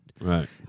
Right